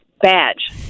badge